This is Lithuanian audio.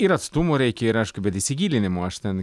ir atstumo reikia ir aišku bet įsigilinimo aš ten